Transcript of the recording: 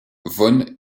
von